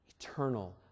Eternal